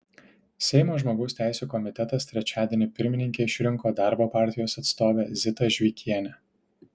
seimo žmogaus teisių komitetas trečiadienį pirmininke išrinko darbo partijos atstovę zitą žvikienę